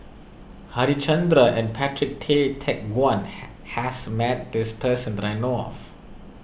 Harichandra and Patrick Tay Teck Guan has met this person that I know of